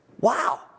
Wow